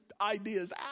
ideas